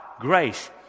grace